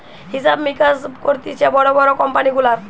হিসাব মিকাস করতিছে বড় বড় কোম্পানি গুলার